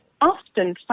often